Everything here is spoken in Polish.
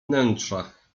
wnętrzach